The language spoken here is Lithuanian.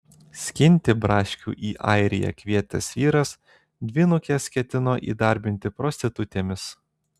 skinti braškių į airiją kvietęs vyras dvynukes ketino įdarbinti prostitutėmis